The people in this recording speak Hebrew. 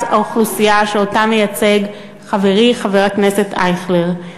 האוכלוסייה שאותה מייצג חברי חבר הכנסת אייכלר.